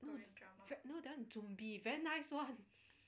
no tha~ no that [one] is zombie very nice [one]